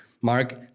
Mark